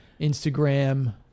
Instagram